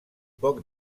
poc